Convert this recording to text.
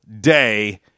day